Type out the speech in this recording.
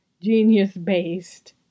genius-based